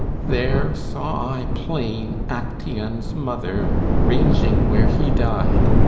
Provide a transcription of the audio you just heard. there saw i plain actaeon's mother, ranging where he died,